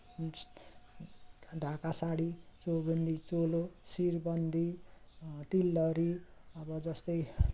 ज ढाका साडी चौबन्दी चोलो सिरबन्दी तिलहरी र जस्तै